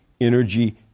energy